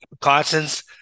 Constance